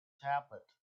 tablet